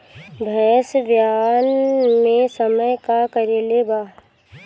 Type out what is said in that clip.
भैंस ब्यान के समय का करेके बा?